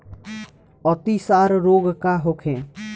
अतिसार रोग का होखे?